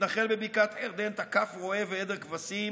מתנחל בבקעת הירדן תקף רועה ועדר כבשים